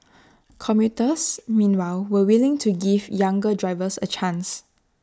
commuters meanwhile were willing to give younger drivers A chance